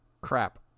Crap